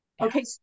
Okay